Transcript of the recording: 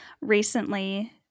recently